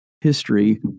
history